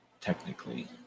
technically